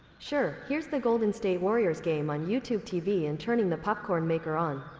sure. here's the golden state warriors game on youtube tv and turning the popcorn maker on.